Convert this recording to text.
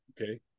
Okay